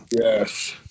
yes